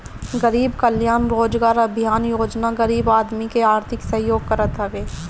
गरीब कल्याण रोजगार अभियान योजना गरीब आदमी के आर्थिक सहयोग करत हवे